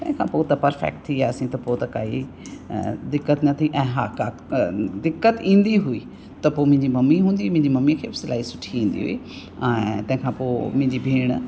तंहिंखां पोइ त पर्फेक्ट थी वियासीं त पोइ काई दिक़त न थी ऐं हा का दिक़त ईंदी हुई त पोइ मुंहिंजी मम्मी हूंदी हुई मुंहिंजी मम्मी खे बि सिलाई सुठी ईंदी हुई ऐं तंहिंखां पोइ मुंहिंजी भेण